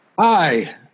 Hi